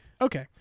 Okay